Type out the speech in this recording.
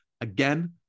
Again